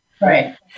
Right